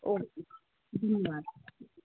okay धन्यवाद